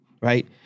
right